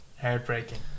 Heartbreaking